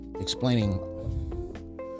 explaining